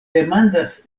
demandas